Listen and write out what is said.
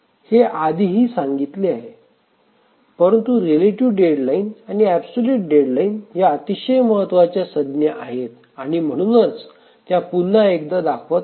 हे आधीही सांगितला आहे परंतु रिलेटिव डेडलाईन आणि ऍबसोल्युट डेडलाईन या अतिशय महत्त्वाच्या संज्ञा आहेत आणि म्हणूनच त्या पुन्हा एकदा दाखवत आहे